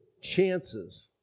chances